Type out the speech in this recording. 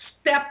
Step